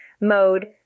mode